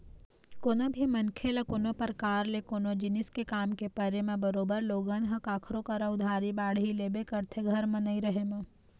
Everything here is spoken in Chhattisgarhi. कोनो भी मनखे ल कोनो परकार ले कोनो जिनिस के काम के परे म बरोबर लोगन ह कखरो करा उधारी बाड़ही लेबे करथे घर म नइ रहें म